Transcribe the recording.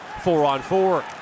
four-on-four